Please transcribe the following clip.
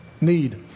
need